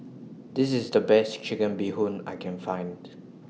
This IS The Best Chicken Bee Hoon I Can Find